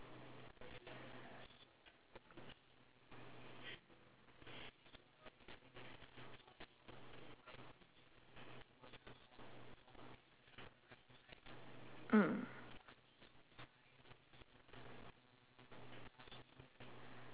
mm